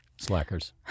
Slackers